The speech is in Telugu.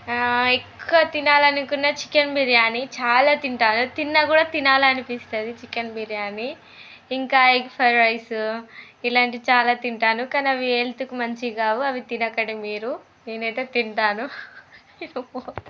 ఎక్కువ తినాలి అనుకున్నది చికెన్ బిర్యాని చాలా తింటాను తిన్నా కూడా తినాలి అనిపిస్తుంది చికెన్ బిర్యాని ఇంకా ఎగ్ ఫ్రైడ్ రైస్ ఇలాంటివి చాలా తింటాను కానీ అవి హెల్త్కి మంచివి కావు అవి తినకండి మీరు నేను అయితే తింటాను